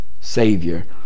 Savior